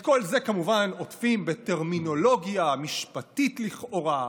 את כל זה כמובן עוטפים בטרמינולוגיה משפטית לכאורה,